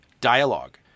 dialogue